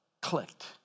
clicked